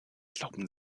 glauben